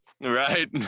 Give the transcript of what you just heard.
Right